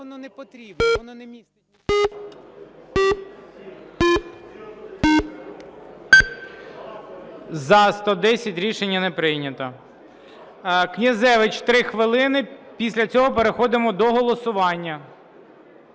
За-110 Рішення не прийнято. Князевич, 3 хвилини. Після цього переходимо до голосування.